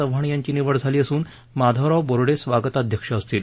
चव्हाण यांची निवड झाली असून माधवराव बोर्डे स्वागताध्यक्ष असतील